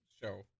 show